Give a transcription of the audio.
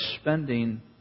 spending